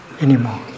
anymore